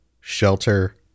shelter